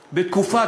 בתקופה,